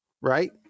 right